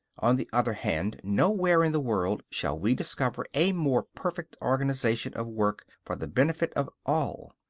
on the other hand, nowhere in the world shall we discover a more perfect organization of work for the benefit of all,